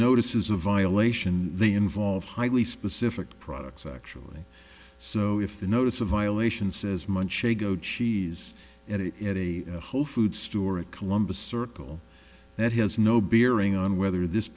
notice is a violation they involve highly specific products actually so if the notice of violations says munch a goat cheese at it at a whole foods store at columbus circle that has no bearing on whether this